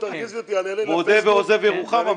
נאמר: מודה ועוזב ירוחם.